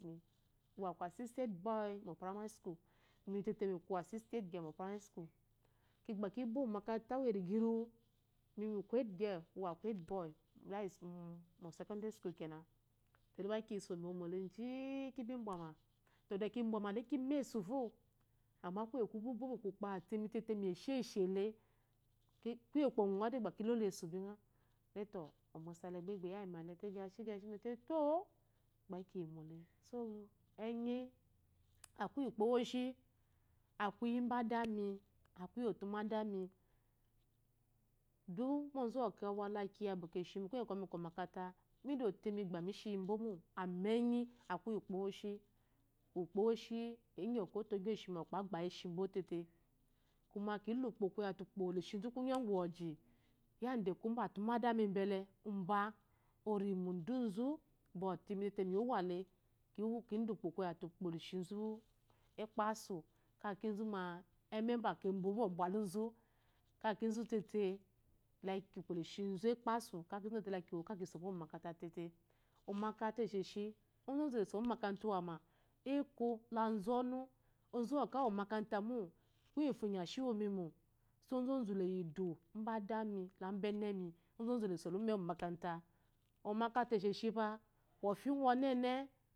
Oclassmate mi, uwu akwu assistant head by mu oprimari school, mi tėtė mi kwu assistant headgirl mu oprimari school. ki gba kibo mu omakata uwu eriga iruwu imi miku headgirl uku headboy, mu osedari school kena, tele gba kiso mu iwowo le je-i ki bi mbwama. Te baki mbwama de kima esu fo, amma kuye te ku bubo ba ukpo ate ime tėtė miyi esheshi ėlė kuye kwɔgu made igba ki lamesu bingha. Musa gba a gbeyimana la, mizɔte tȯ, bi ekeyi kiyimo le. Enyi aku yi ukpo uwoshi, aku yi mba dami, aku iyi otumadami, duk mu onzu uwa awala kiya bɔkɔ eshimi kuye ngwa ɔkwɔ mika mu omakata, midote migba mishiya bo mo, amma enyi aku lyi ukpo uwoshi, iyoko ȯtȯ yi oshimi awu ukpo uwoshi agbayi eshi mbo tėtė. Kuma kile ukpo te ukpo le shizu kungs ugwu woji yada ambatumadami bɔle mba uri uduzu bɔ ɔte imi tė mi̇ wale mida ukpo koya te ukpo le shizu ekpasu ka kizu ɛme uji kembo bɔkɔ obaluzu ukpo le shi ekpasu ka kizu ma tėtė la ki sombo mu omakata. Omakata esheshi onzu'zu le sowo mu omakata ewama, ekȯ la azɔnu, onzu uwu wa omakata mo kuye ngufo inya shi iwoma mo, so ozazu leyi idu mba dami la ombanemi ozazu leso la umewu omakata. Omakata esheshi kofi ngwu ɔnene.